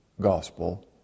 gospel